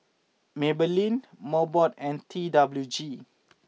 Maybelline Mobot and T W G